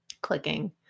clicking